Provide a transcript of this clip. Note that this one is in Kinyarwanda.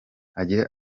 agira